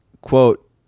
quote